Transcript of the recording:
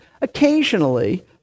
Occasionally